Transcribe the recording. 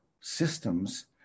systems